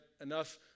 enough